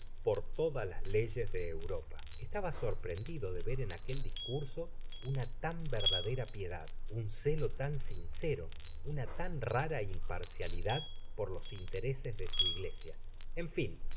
por todas las leyes de europa estaba sorprendido de ver en aquel discurso una taa verdadera piedad un celo tan sincero una tan rara imparcialidad por los intereses de su iglesia en fin